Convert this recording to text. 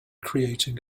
creating